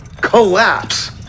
collapse